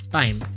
time